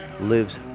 lives